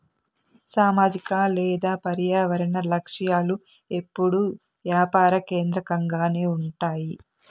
సామాజిక లేదా పర్యావరన లక్ష్యాలు ఎప్పుడూ యాపార కేంద్రకంగానే ఉంటాయి